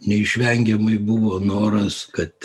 neišvengiamai buvo noras kad